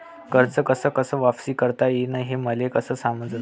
कर्ज कस कस वापिस करता येईन, हे मले कस समजनं?